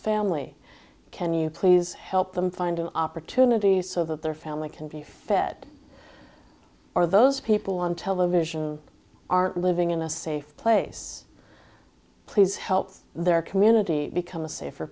family can you please help them find an opportunity so that their family can be fed or those people on television aren't living in a safe place please help their community become a safer